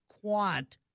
quant